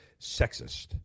Sexist